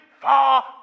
far